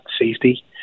safety